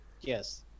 Yes